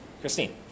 Christine